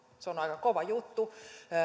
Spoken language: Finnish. se on aika kova juttu